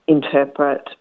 interpret